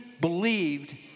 believed